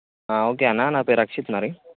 okay అన్న నా పేరు అక్షిత్ మరి